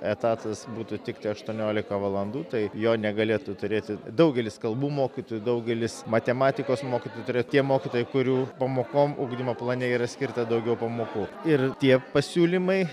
etatas būtų tiktai aštuoniolika valandų tai jo negalėtų turėti daugelis kalbų mokytojų daugelis matematikos mokytojų tai yra tie mokytojai kurių pamokom ugdymo plane yra skirta daugiau pamokų ir tie pasiūlymai